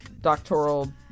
doctoral